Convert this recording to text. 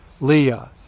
Leah